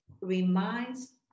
reminds